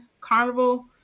Carnival